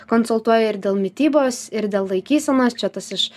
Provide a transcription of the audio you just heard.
konsultuoji ir dėl mitybos ir dėl laikysenos čia tas iš